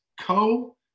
co